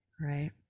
right